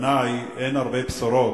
בפי אין הרבה בשורות,